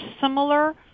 similar